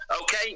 Okay